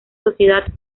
sociedad